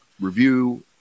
review